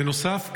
בנוסף,